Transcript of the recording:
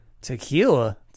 Tequila